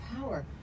power